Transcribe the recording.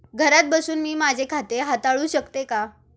घरात बसून मी माझे खाते हाताळू शकते का?